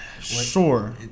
Sure